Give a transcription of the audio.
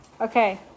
Okay